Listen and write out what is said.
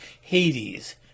Hades